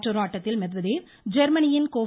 மற்றொரு ஆட்டத்தில் மெத்வதேவ் ஜெர்மனியின் கோப்